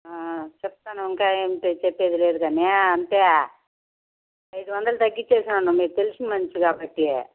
చెప్తాను ఇంకా ఏంటి చెప్పేది లేదు కానీ అంతే ఐదు వందలు తగ్గిస్తాను మీరు తెలిసిన మనిషి కాబట్టి